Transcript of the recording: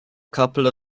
couple